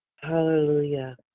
Hallelujah